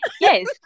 yes